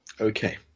Okay